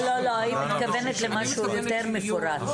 לא, היא מתכוונת למשהו יותר מפורט.